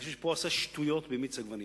אני חושב שפה הוא עשה שטויות במיץ עגבניות.